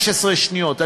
15 שניות.